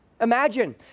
Imagine